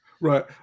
Right